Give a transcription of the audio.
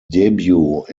debut